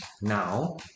now